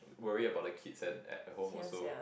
worry about the kids and at home also